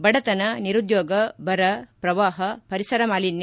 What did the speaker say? ಬಡತನ ನಿರುದ್ದೋಗ ಬರ ಪ್ರವಾಹ ಪರಿಸರ ಮಾಲಿನ್ನ